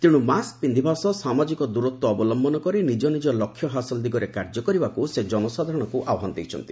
ତେଣୁ ମାସ୍କ୍ ପିନ୍ଧିବା ସହ ସାମାଜିକ ଦୂରତ୍ପ ଅବଲମ୍ଘନ କରି ନିଜ ନିଜ ଲକ୍ଷ୍ୟ ହାସଲ ଦିଗରେ କାର୍ଯ୍ୟ କରିବାକୁ ସେ ଜନସାଧାରଣଙ୍କୁ ଆହ୍ୱାନ ଦେଇଛନ୍ତି